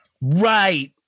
Right